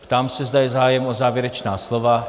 Ptám se, zda je zájem o závěrečná slova.